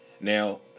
Now